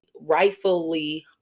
rightfully